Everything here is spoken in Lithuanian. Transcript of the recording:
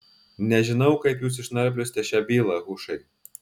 nežinau kaip jūs išnarpliosite šią bylą hušai